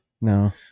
No